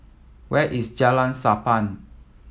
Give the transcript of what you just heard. where is Jalan Sappan